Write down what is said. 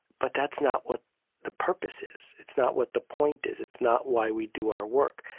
but that's not what the purpose is. it's not what the point is. it's not why we do our work.